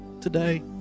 today